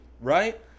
right